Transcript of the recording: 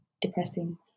depressing